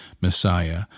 Messiah